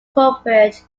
corporate